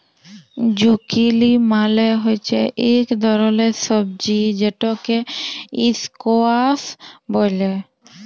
zucchini মালে হচ্যে ইক ধরলের সবজি যেটকে ইসকোয়াস ব্যলে